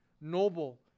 noble